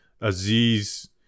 Aziz